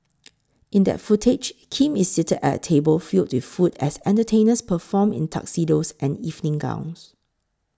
in that footage Kim is seated at table filled with food as entertainers perform in tuxedos and evening gowns